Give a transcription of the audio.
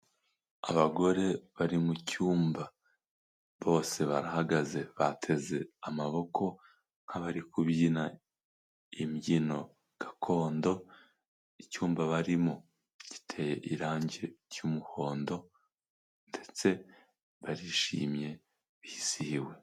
Abagore bari mu cyumba bose barahagaze bateze amaboko, nk'abari kubyina imbyino gakondo, icyumba barimo giteye irangi y'umuhondo ndetse barishimye bizihiwe.